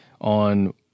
on